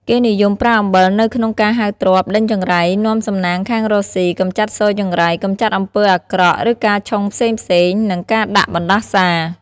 គេនិយមប្រើអំបិលនៅក្នុងការហៅទ្រព្យ ដេញចង្រៃ នាំសំណាងខាងរកស៊ី កម្ចាត់ស៊យចង្រៃ កម្ចាត់អំពើអាក្រក់ ឬការឆុងផ្សេងៗ និងការដាក់បណ្តាសារ។